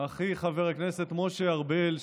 אחי חבר הכנסת משה ארבל,